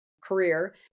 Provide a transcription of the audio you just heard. career